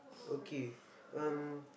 okay um